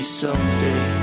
someday